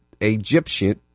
Egyptian